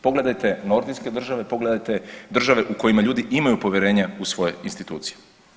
Pogledajte nordijske države, pogledajte države u kojima ljudi imaju povjerenja u svoje institucije.